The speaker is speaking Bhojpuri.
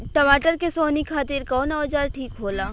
टमाटर के सोहनी खातिर कौन औजार ठीक होला?